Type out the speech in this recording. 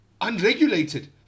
unregulated